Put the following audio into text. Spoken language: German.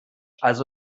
also